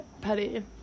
petty